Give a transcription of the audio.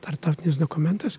tarptautinis dokumentas